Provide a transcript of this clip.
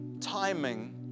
timing